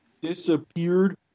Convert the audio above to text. disappeared